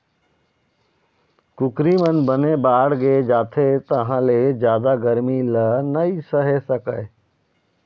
कुकरी मन बाड़गे जाथे तहाँ ले जादा गरमी ल नइ सहे सकय